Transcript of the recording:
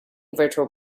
virtual